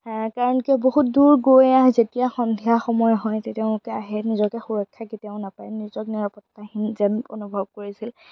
কাৰণ কিয় বহুত দূৰ গৈ আহে যেতিয়া সন্ধিয়া সময় হয় তেতিয়া তেওঁলোকে আহে নিজকে সুৰক্ষা কেতিয়াও নাপায় নিজক নিৰাপত্তাহীন যেন অনুভৱ কৰিছিল